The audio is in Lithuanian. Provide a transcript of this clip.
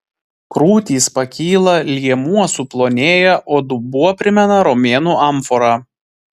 krūtys pakyla liemuo suplonėja o dubuo primena romėnų amforą